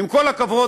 עם כל הכבוד,